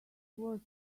was